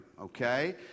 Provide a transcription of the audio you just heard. okay